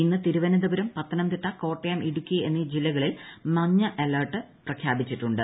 ഇന്ന് തിരുവനന്തപുരം പത്ത്മ്നാ്തിട്ട കോട്ടയം ഇടുക്കി എന്നീ ജില്ലകളിൽ മഞ്ഞ അലർട്ട്പ്രിഖ്യാ്പിച്ചിട്ടുണ്ട്